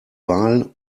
wahl